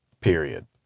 Period